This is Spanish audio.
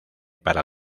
para